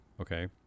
Okay